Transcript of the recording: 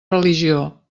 religió